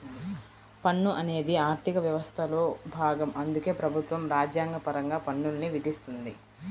పన్ను అనేది ఆర్థిక వ్యవస్థలో భాగం అందుకే ప్రభుత్వం రాజ్యాంగపరంగా పన్నుల్ని విధిస్తుంది